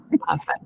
perfect